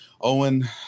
Owen